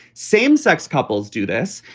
same sex couples do this.